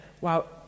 wow